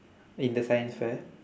in the science fair